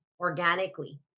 organically